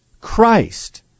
Christ